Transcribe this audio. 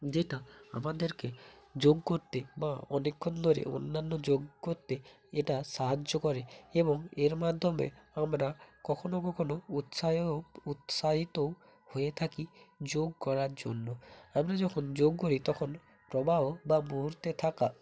যেটা আমাদেরকে যোগ করতে বা অনেকক্ষণ ধরে অন্যান্য যোগ করতে এটা সাহায্য করে এবং এর মাধ্যমে আমরা কখনও কখনও উৎসাহও উৎসাহিতও হয়ে থাকি যোগ করার জন্য আমরা যখন যোগ করি তখন প্রবাহ বা মুহুর্তে থাকা